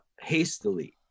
hastily